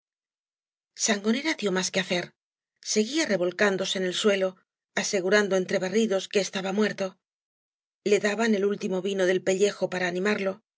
sangonera dio más que hacer seguía revolcándose en el suelo asegurando entre berridos que estaba muerto le daban el último vino del pe llejo para animarlo